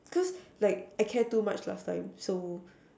cause like I care too much last time